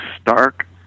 stark